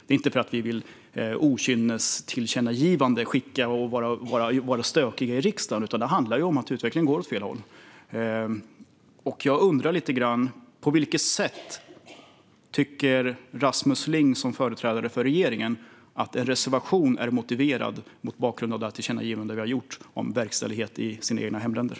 Vi gör det inte av okynne för att vi vill vara stökiga i riksdagen, utan det handlar om att utvecklingen går åt fel håll. Jag undrar på vilket sätt Rasmus Ling, som företrädare för regeringen, tycker att en reservation är motiverad mot bakgrund av vårt tillkännagivande om verkställighet i de egna hemländerna.